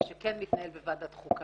מה שכן מתנהל בוועדת החוקה.